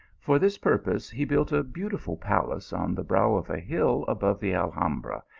for this purpose he built a beautiful palace on the brow of a hill above the alhambra,